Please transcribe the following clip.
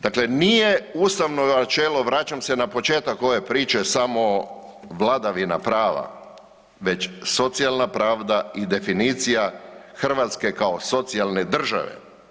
Dakle, nije ustavno načelo, vraćam se na početak ove priče, samo vladavina prava već socijalna pravda i definicija Hrvatske kao socijalne države.